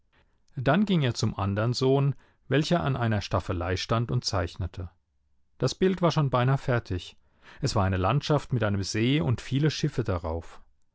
dann ging er zum andern sohn welcher an einer staffelei stand und zeichnete das bild war schon beinah fertig es war eine landschaft mit einem see und viele schiffe darauf